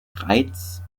greiz